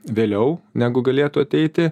vėliau negu galėtų ateiti